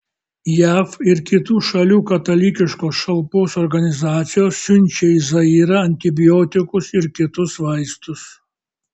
jav ir kitų šalių katalikiškos šalpos organizacijos siunčia į zairą antibiotikus ir kitus vaistus